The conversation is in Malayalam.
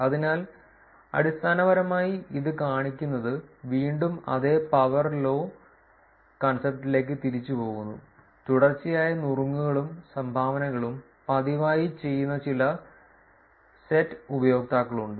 അതിനാൽ അടിസ്ഥാനപരമായി ഇത് കാണിക്കുന്നത് വീണ്ടും അതേ പവർ ലോ കൺസെപ്റ്റിലേക്ക് തിരിച്ചുപോകുന്നു തുടർച്ചയായ നുറുങ്ങുകളും സംഭാവനകളും പതിവായി ചെയ്യുന്ന ചില സെറ്റ് ഉപയോക്താക്കളുണ്ട്